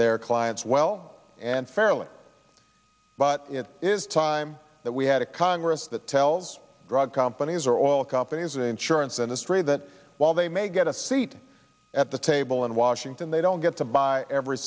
their clients well and fairly but it is time that we had a congress that tells drug companies or all companies insurance industry that while they may get a seat at the table in washington they don't get to buy every